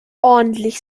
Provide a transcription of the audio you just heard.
ordentlich